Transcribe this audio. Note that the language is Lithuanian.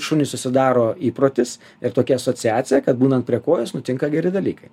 šuniui susidaro įprotis ir tokia asociacija kad būnant prie kojos nutinka geri dalykai